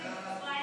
ונותנים לי בראש,